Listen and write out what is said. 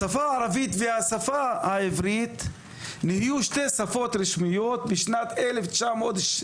השפה הערבית והשפה העברית נהיו שתי שפות רשמיות בשנת 1922,